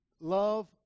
Love